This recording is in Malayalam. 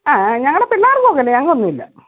ആ ഞങ്ങളുടെ പിള്ളേർ എല്ലാം വെളിയിൽ അങ്ങൊന്നും ഇല്ല